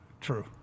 true